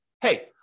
hey